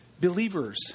believers